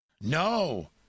No